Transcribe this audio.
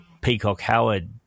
Peacock-Howard